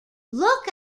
look